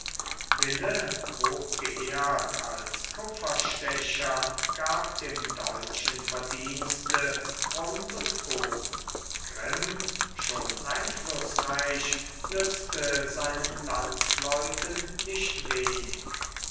wille hochgeehrt als kupferstecher gab dem deutschen verdienste grund und boden grimm schon einflußreich nützte seinen landsleuten nicht wenig